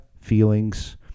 feelings